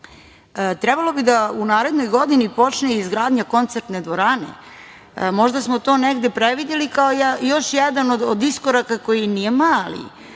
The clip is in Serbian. trebalo bi da u narednoj godini počne izgradnja koncertne dvorane, možda smo to negde predvideli kao još jedan od iskoraka koji nije mali.